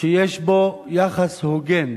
שיש בו יחס הוגן,